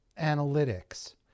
analytics